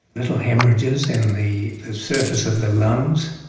little haemorrhages in the surface of the lungs,